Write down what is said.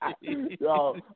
Yo